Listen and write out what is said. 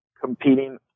competing